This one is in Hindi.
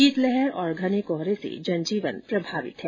शीतलहर और घने कोहरे से जन जीवन प्रभावित है